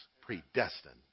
predestined